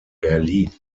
berlin